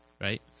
right